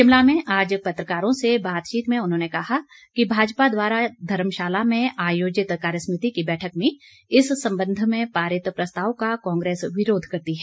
शिमला में आज पत्रकारों से बातचीत में उन्होंने कहा कि भाजपा द्वारा धर्मशाला में आयोजित कार्य समिति की बैठक में इस संबंध में पारित प्रस्ताव का कांग्रेस विरोध करती है